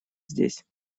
здесь